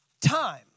time